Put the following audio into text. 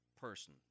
person